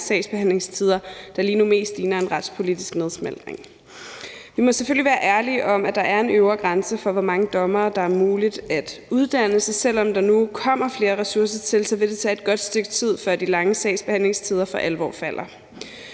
sagsbehandlingstider, der lige nu mest ligner en retspolitisk nedsmeltning. Vi må selvfølgelig være ærlige om, at der er en øvre grænse for, hvor mange dommere det er muligt at uddanne. Så selv om der nu kommer flere ressourcer til, vil det tage et godt stykke tid, før de lange sagsbehandlingstider for alvor falder.